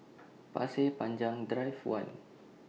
Pasir Panjang Drive one